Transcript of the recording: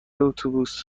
اتوبوس